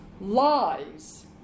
lies